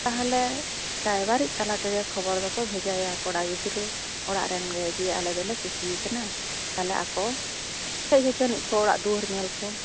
ᱛᱟᱦᱚᱞᱮ ᱨᱟᱭᱵᱟᱨᱤᱡ ᱛᱟᱞᱟ ᱛᱮᱜᱮ ᱠᱷᱚᱵᱚᱨ ᱫᱚᱠᱚ ᱵᱷᱮᱡᱟᱭᱟ ᱠᱚᱲᱟ ᱜᱤᱫᱽᱨᱟᱹ ᱚᱲᱟᱜ ᱨᱮᱱ ᱜᱮ ᱡᱮ ᱟᱞᱮ ᱫᱚᱞᱮ ᱠᱩᱥᱤ ᱟᱠᱟᱱᱟ ᱛᱟᱦᱚᱞᱮ ᱟᱠᱚ ᱦᱮᱡ ᱚᱪᱚ ᱟᱹᱱᱤᱡ ᱠᱚ ᱚᱲᱟᱜ ᱫᱩᱣᱟᱹᱨ ᱧᱮᱞ ᱠᱚ